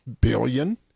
billion